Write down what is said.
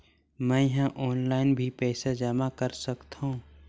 मैं ह ऑनलाइन भी पइसा जमा कर सकथौं?